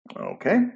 Okay